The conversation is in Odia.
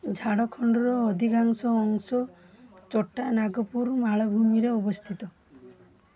ଝାଡ଼ଖଣ୍ଡର ଅଧିକାଂଶ ଅଂଶ ଚୋଟା ନାଗପୁର ମାଳଭୂମିରେ ଅବସ୍ଥିତ